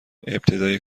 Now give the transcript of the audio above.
ابتدای